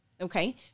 okay